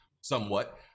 somewhat